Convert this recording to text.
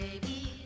Baby